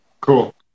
Cool